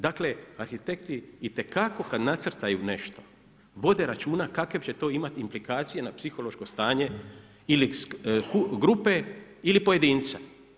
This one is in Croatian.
Dakle, arhitekti itekako kad nacrtaju nešto vode računa kakve će to imati implikacije na psihološko stanje ili grupe ili pojedinca.